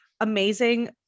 amazing